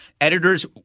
Editors